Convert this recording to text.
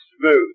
smooth